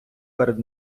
перед